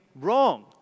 wrong